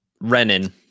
Renan